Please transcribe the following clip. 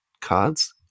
cards